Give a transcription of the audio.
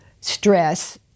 stress